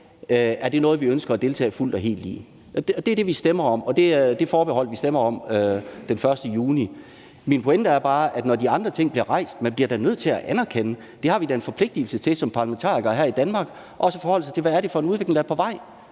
det er noget, vi ønsker at deltage fuldt og helt i. Og det er det, vi stemmer om, og det er det forbehold, vi stemmer om den 1. juni. Min pointe er bare, at man da, når de andre ting bliver rejst, bliver nødt til at anerkende – det har vi da en forpligtigelse til som parlamentarikere her i Danmark også at forholde os til – hvad det er for en udvikling der er på vej.